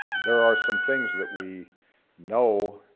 there are some things that we know